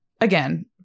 again